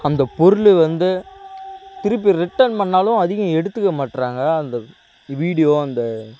அந்த பொருள் வந்து திருப்பி ரிட்டன் பண்ணாலும் அதையும் எடுத்துக்க மாட்றாங்க அந்த வீடியோ அந்த